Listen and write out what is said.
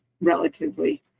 relatively